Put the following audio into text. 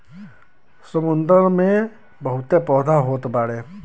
समुंदर में बहुते पौधा होत बाने